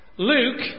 Luke